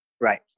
Right